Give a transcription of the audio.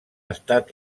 estat